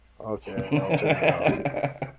Okay